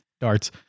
darts